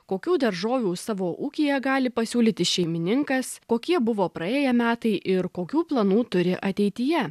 kokių daržovių savo ūkyje gali pasiūlyti šeimininkas kokie buvo praėję metai ir kokių planų turi ateityje